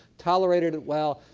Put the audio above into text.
tolerated it well.